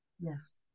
Yes